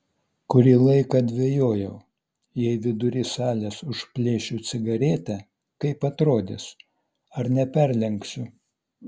kurį laiką dvejojau jei vidury salės užplėšiu cigaretę kaip atrodys ar neperlenksiu